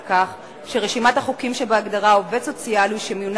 על כך שרשימת החוקים שבהגדרה "עובד סוציאלי שמונה